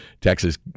Texas